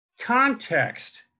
context